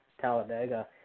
Talladega